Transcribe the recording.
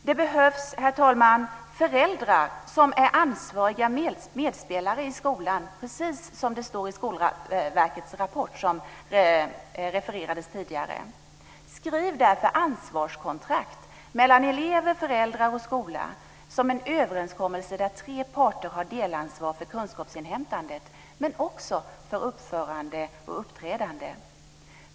Det behövs, herr talman, föräldrar som är ansvariga medspelare i skolan, precis som det står i Skolverkets rapport, som det tidigare refererades till. Skriv därför ansvarskontrakt mellan elever, föräldrar och skola som en överenskommelse där tre parter har delansvar för kunskapsinhämtandet, men också för uppförande och uppträdande.